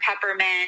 peppermint